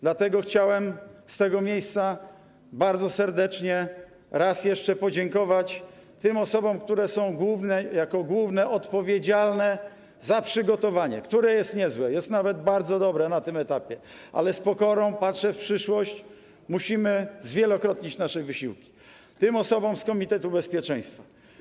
Dlatego chciałbym z tego miejsca bardzo serdecznie raz jeszcze podziękować tym osobom, które są głównie odpowiedzialne za przygotowanie, które jest niezłe, jest nawet bardzo dobre na tym etapie, ale z pokorą patrzę w przyszłość, musimy zwielokrotnić nasze wysiłki, tym osobom z komitetu bezpieczeństwa.